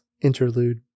Interlude